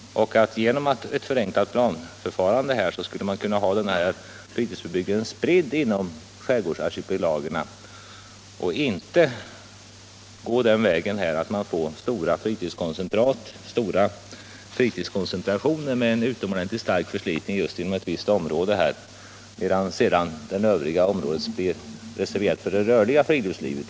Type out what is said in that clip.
Genom ett förenklat planförfarande skulle man kunna ha fritidsbebyggelsen spridd inom skärgårdens arkipelag och inte gå en sådan väg att man får stora fritidskoncentrationer med en utomordentligt stark förslitning inom ett visst område, medan övriga områden blir reserverade för det vanliga friluftslivet.